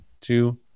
two